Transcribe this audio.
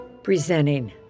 Presenting